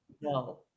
No